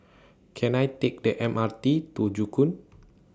Can I Take The M R T to Joo Koon